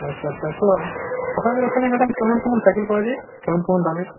আচ্ছা আচ্ছা তো আপনাদের ওখানে ম্যাডাম কেমন কেমন সাইকেল পাওয়া যায় কেমন কেমন দামের